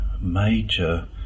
major